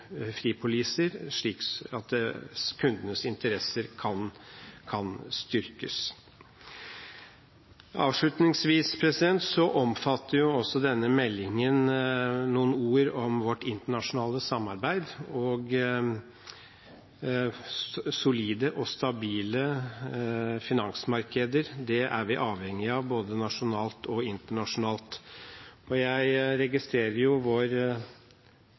fripoliser, slik at kundenes interesser kan styrkes. Avslutningsvis omfatter også denne meldingen noen ord om vårt internasjonale samarbeid. Solide og stabile finansmarkeder er vi avhengige av både nasjonalt og internasjonalt. Jeg registrerer vår deltakelse i IMF og finansministerens gjesteopptreden i G20-sammenheng. Det kunne jo